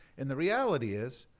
and the reality is,